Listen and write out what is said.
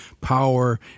power